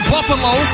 Buffalo